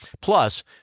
plus